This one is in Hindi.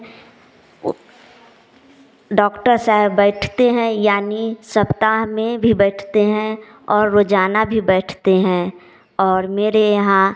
डॉक्टर साहब बैठते हैं यानी सप्ताह में भी बैठते हैं और रोज़ाना भी बैठते हैं और मेरे यहाँ